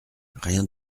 rien